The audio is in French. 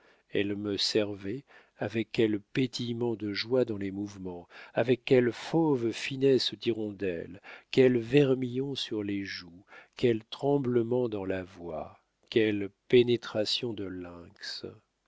elle me servait avec quel pétillement de joie dans les mouvements avec quelle fauve finesse d'hirondelle quel vermillon sur les joues quels tremblements dans la voix quelle pénétration de lynx